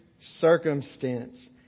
circumstance